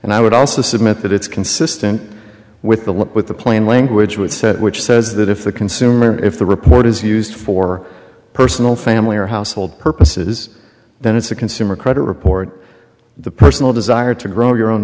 and i would also submit that it's consistent with the look with the plain language with set which says that if the consumer if the report is used for personal family or household purposes then it's a consumer credit report the personal desire to grow your own